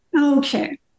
okay